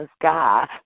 God